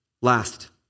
Last